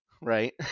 Right